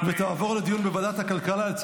אין מתנגדים, אין נמנעים.